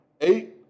eight